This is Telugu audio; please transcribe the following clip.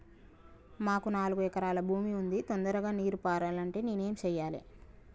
మాకు నాలుగు ఎకరాల భూమి ఉంది, తొందరగా నీరు పారాలంటే నేను ఏం చెయ్యాలే?